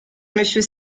monsieur